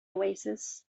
oasis